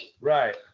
Right